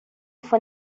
fue